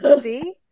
see